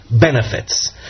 benefits